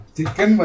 Chicken